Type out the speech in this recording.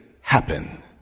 happen